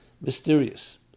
mysterious